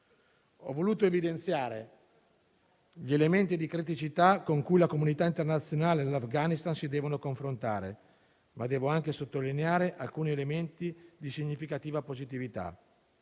Ho voluto evidenziare gli elementi di criticità con cui la comunità internazionale e l'Afghanistan si devono confrontare, ma devo anche sottolineare alcuni elementi di significativa positività.